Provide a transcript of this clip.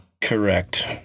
Correct